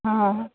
हा